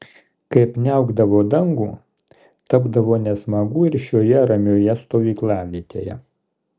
kai apniaukdavo dangų tapdavo nesmagu ir šioje ramioje stovyklavietėje